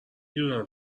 دونم